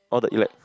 all the elec